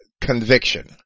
conviction